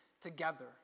together